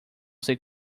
ser